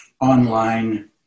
online